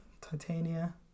titania